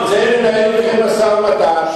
שהיא תרצה לנהל משא-ומתן.